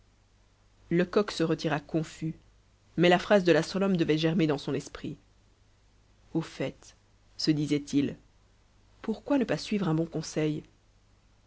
lecoq se retira confus mais la phrase de l'astronome devait germer dans son esprit au fait se disait-il pourquoi ne pas suivre un bon conseil